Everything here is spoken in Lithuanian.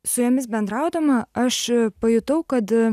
su jomis bendraudama aš pajutau kad